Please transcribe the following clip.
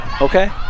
okay